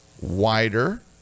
wider